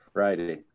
Friday